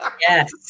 Yes